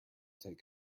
take